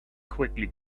quickly